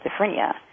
schizophrenia